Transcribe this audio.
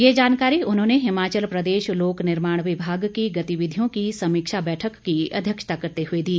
ये जानकारी उन्होंने हिमाचल प्रदेश लोक निर्माण विभाग की गतिविधियों की समीक्षा बैठक की अध्यक्षता करते हुए दी